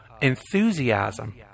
enthusiasm